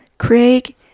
Craig